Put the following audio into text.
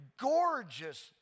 gorgeous